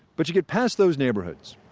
but you get past those neighborhoods,